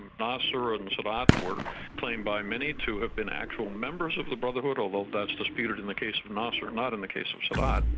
nasser and sadat were claimed by many to have been actual members of the brotherhood, although that's disputed in the case of nasser, not in the case of sadat.